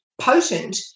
potent